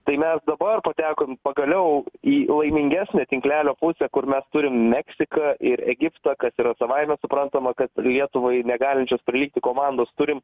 tai mes dabar patekom pagaliau į laimingesnę tinklelio pusę kur mes turim meksiką ir egiptą kad yra savaime suprantama kad lietuvai negalinčios prilygti komandos turim